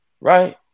Right